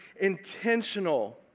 intentional